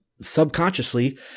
subconsciously